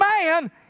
man